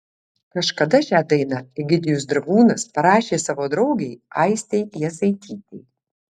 kažkada šią dainą egidijus dragūnas parašė savo draugei aistei jasaitytei